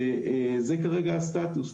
וזה כרגע הסטטוס.